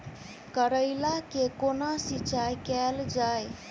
करैला केँ कोना सिचाई कैल जाइ?